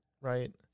right